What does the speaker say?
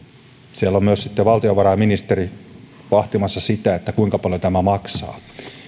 siellä on myös sitten valtiovarainministeri vahtimassa sitä kuinka paljon tämä maksaa